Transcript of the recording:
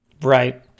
right